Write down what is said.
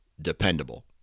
dependable